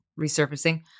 Resurfacing